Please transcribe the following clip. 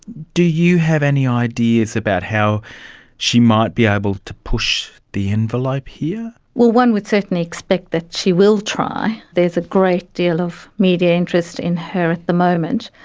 do you have any ideas about how she might be able to push the envelope here? well, one would certainly expect that she will try. there's a great deal of media interest in her at the moment.